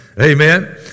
Amen